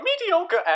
mediocre